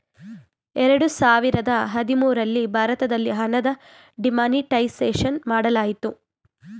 ಎರಡು ಸಾವಿರದ ಹದಿಮೂರಲ್ಲಿ ಭಾರತದಲ್ಲಿ ಹಣದ ಡಿಮಾನಿಟೈಸೇಷನ್ ಮಾಡಲಾಯಿತು